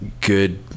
good